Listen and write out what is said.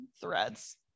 threads